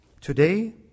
Today